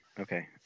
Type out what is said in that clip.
Okay